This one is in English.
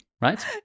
right